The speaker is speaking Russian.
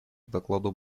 докладу